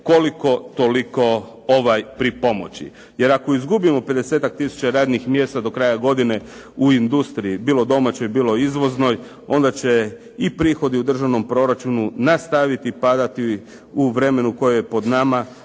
koliko toliko pripomoći. Jer ako izgubimo 50-tak tisuća radnih mjesta do kraja godine u industriji, bilo domaćoj, bilo izvoznoj onda će i prihodi u državnom proračunu nastaviti padati u vremenu koje je pod nama,